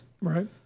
right